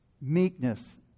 Meekness